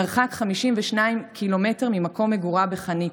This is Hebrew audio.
מרחק 52 ק"מ ממקום מגורה בחניתה,